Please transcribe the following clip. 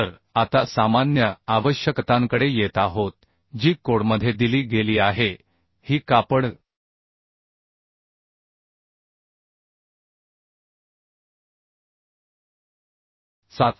तर आता सामान्य आवश्यकतांकडे येत आहोत जी कोडमध्ये दिली गेली आहे ही कापड 7